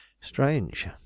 strange